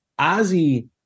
Ozzy